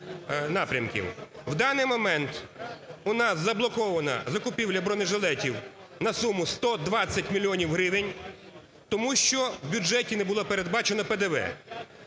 В даний момент у нас заблокована закупівля бронежилетів на суму 120 мільйонів гривень, тому що в бюджеті не було передбачено ПДВ.